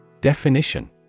Definition